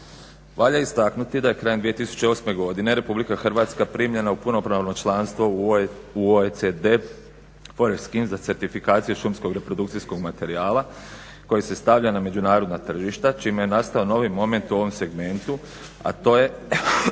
Valja istaknuti da je krajem 2008. godine Republika Hrvatska primljena u punopravno članstvo u OECD forest skin za certifikaciju šumskog reprodukcijskog materijala koji se stavlja na međunarodna tržišta čime je nastao novi moment u ovom segmentu, a to je